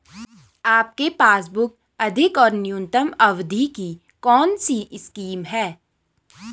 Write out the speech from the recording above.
आपके पासबुक अधिक और न्यूनतम अवधि की कौनसी स्कीम है?